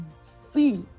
see